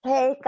Hey